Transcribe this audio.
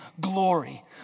glory